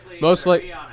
mostly